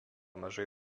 mažai